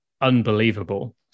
unbelievable